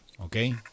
okay